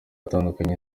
atandukanye